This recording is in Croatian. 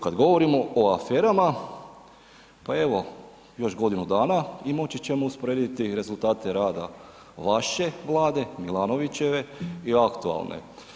Kad govorimo o aferama, pa evo još godinu danas i moći ćemo usporediti rezultate rada vaše Vlade, Milanovićeve i aktualne.